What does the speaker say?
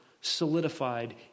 solidified